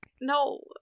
No